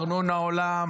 הארנונה עולה,